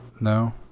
No